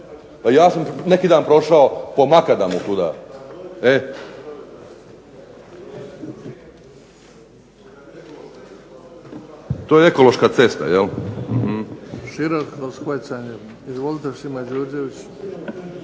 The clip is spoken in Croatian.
pa ja sam neki dan prošao po makadamu tuda. To je ekološka cesta.